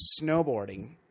snowboarding